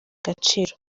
agaciro